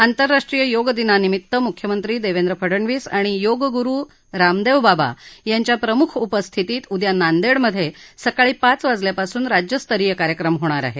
आंतरराष्ट्रीय योग दिनानिमित्त मुख्यमंत्री देवेंद्र फडणवीस आणि योगगुरु रामदेवबाबा यांच्या प्रमुख उपस्थितीत उद्या नांदेडमध्ये सकाळी पाच वाजेपासून राज्यस्तरीय कार्यक्रम होणार आहे